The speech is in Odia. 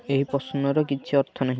ଏହି ପ୍ରଶ୍ନର କିଛି ଅର୍ଥ ନାହିଁ